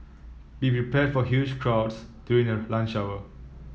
be prepared for huge crowds during the lunch hour